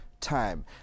time